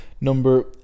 number